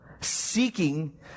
seeking